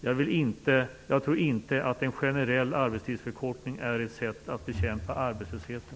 Jag tror alltså inte att en generell arbetstidsförkortning är ett sätt att bekämpa arbetslösheten.